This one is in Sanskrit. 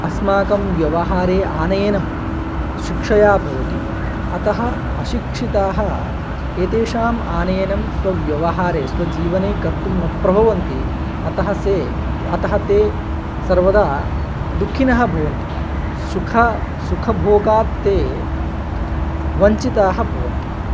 अस्माकं व्यवहारे आनयनं शिक्षया भवति अतः अशिक्षिताः एतेषाम् आनयनं स्वव्यवहारे स्वजीवने कर्तुं न प्रभवन्ति अतः ते अतः ते सर्वदा दुःखिनः भवन्ति सुख सुखभोगात्ते वञ्चिताः भवन्ति